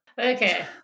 okay